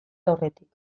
aurretik